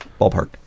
Ballpark